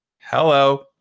hello